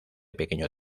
pequeño